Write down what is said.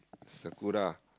Sakura